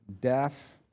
deaf